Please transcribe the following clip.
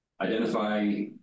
identify